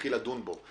שנתחיל לדון בו,